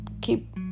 keep